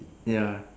ya